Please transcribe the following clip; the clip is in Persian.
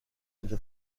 اینجا